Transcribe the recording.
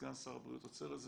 סגן שר הבריאות עוצר את זה,